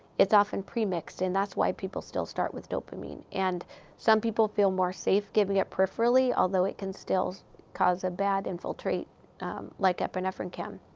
it's often pre-mixed and that's why people still start with dopamine. and some people feel more safe giving it peripherally, although it can still cause a bad infiltrate like epinephrine can.